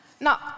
Now